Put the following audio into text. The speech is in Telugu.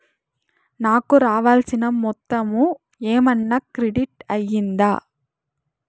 నాకు రావాల్సిన మొత్తము ఏమన్నా క్రెడిట్ అయ్యిందా